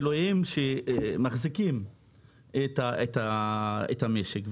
אלו הם אלה שמחזיקים את המשק.